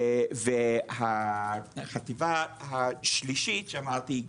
והחטיבה השלישית שאמרתי,